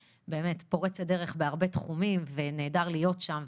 פורצת דרך בהרבה תחומים ונהדר להיות שם,